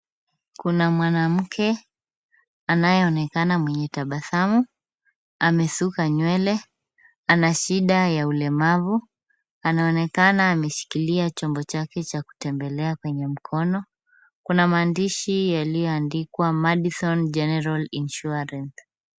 Kuna mwanamke anayeonekana mwenye tabasamu. Amesuka nywele. Ana shida ya ulemavu. Anaonekana ameshikilia chombo chake cha kutembelea kwenye mkono. Kuna maandishi yaliyoandikwa Madison general insurance .